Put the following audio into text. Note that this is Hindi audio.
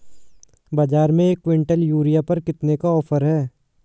बाज़ार में एक किवंटल यूरिया पर कितने का ऑफ़र है?